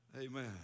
Amen